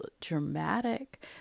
dramatic